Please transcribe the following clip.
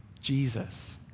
Jesus